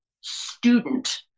student